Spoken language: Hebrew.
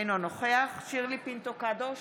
אינו נוכח שירלי פינטו קדוש,